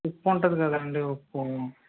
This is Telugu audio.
ఉప్పు ఉంటుంది కదండీ ఉప్పు